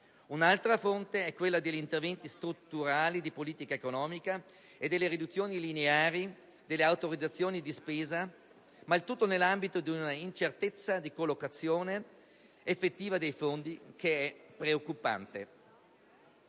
Un'altra fonte è quella degli interventi strutturali di politica economica e delle riduzioni lineari delle autorizzazioni di spesa, ma tutto nell'ambito di una preoccupante incertezza di collocazione effettiva dei fondi. Con riferimento